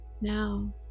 Now